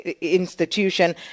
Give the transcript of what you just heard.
institution